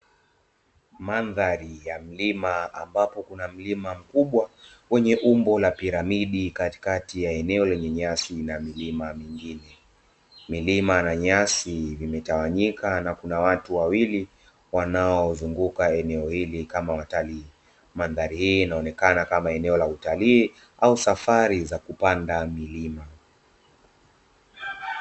Mandhari ya mlima, ambapo kuna mlima mkubwa wenye umbo la piramidi katikati ya eneo lenye nyasi na milima mingine. Milima na nyasi vimetawanyika na kuna watu wawili wanaozunguka eneo hili kama watalii. Mandhari hii inaonekana kama eneo la utalii au safari za kupanda milima.